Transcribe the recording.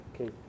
Okay